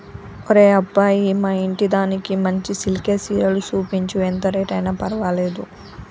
ఒరే అబ్బాయి మా ఇంటిదానికి మంచి సిల్కె సీరలు సూపించు, ఎంత రేట్ అయిన పర్వాలేదు